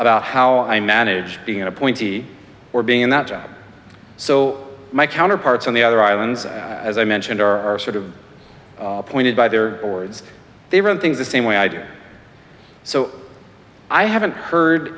about how i manage being an appointee or being in that job so my counterparts on the other islands as i mentioned are sort of appointed by their boards they run things the same way i do so i haven't heard